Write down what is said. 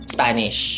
Spanish